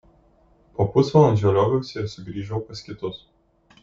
po pusvalandžio lioviausi ir sugrįžau pas kitus